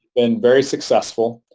been very successful.